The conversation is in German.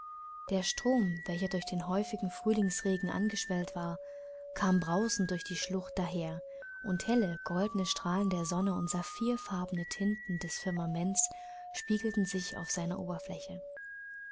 der strom welcher durch häufigen frühlingsregen angeschwellt war kam brausend durch die schlucht daher und helle goldene strahlen der sonne und saphirfarbene tinten des firmaments spiegelten sich auf seiner oberfläche